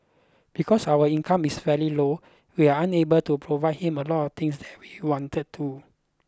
because our income is very low we are unable to provide him a lot of things that we wanted to